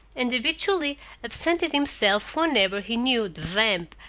and habitually absented himself whenever he knew the vamp,